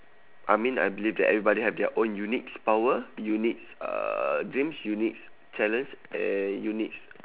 I mean I believe that everybody have their own unique power unique uh dreams unique challenge and unique